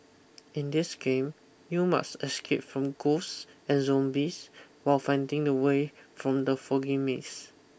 in this game you must escape from ghosts and zombies while finding the way from the foggy maze